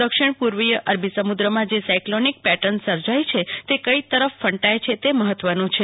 દક્ષીણ પૂર્વીય અરબી સમુદ્રમાં જે સાયક્લોનિક પેટર્ન સર્જાઈ છે તે કઈ તરફ ફંટાય છે તે મહત્વનું છે